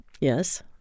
Yes